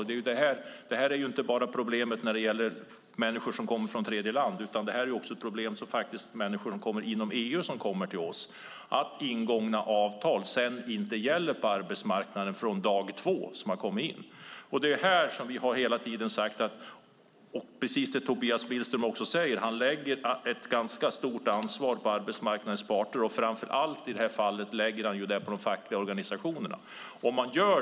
Det är ett problem inte bara när det gäller människor som kommer från tredjeland, utan det är också ett problem för människor inom EU som kommer till oss, att ingångna avtal inte gäller på arbetsmarknaden från dag två. Tobias Billström lägger ett ganska stort ansvar på arbetsmarknadens parter, och framför allt i det här fallet lägger han det på de fackliga organisationerna.